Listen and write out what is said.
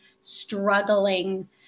struggling